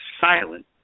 Silent